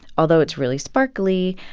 although it's really sparkly,